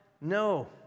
No